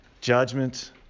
judgment